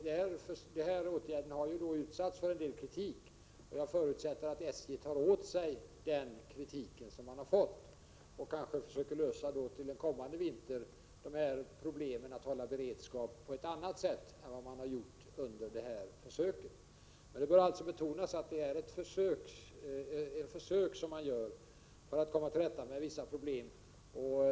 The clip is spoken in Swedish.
De här åtgärderna har ju utsatts för en del kritik, och jag förutsätter att SJ tar till sig den kritik som man har fått och försöker att till en kommande vinter på annat sätt lösa problemen med att hålla en beredskap än man gjort under detta försök. Det bör alltså betonas att det är ett försök som man har gjort för att komma till rätta med vissa problem.